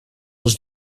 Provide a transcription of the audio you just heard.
als